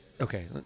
Okay